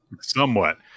Somewhat